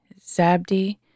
Zabdi